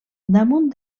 damunt